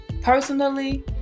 personally